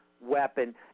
weapon